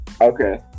Okay